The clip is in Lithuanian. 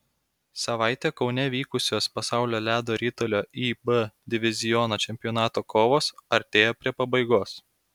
savaitę kaune vykusios pasaulio ledo ritulio ib diviziono čempionato kovos artėja prie pabaigos